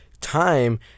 time